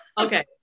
Okay